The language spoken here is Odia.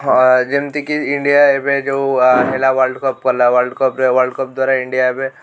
ହ ଯେମିତି କି ଇଣ୍ଡିଆ ଏବେ ଯେଉଁ ହେଲା ୱାର୍ଲଡ଼ କପ ଗଲା ୱାର୍ଲଡ଼ କପ୍ ୱାର୍ଲଡ଼ କପ୍ ଦ୍ୱାରା ଇଣ୍ଡିଆ ଏବେ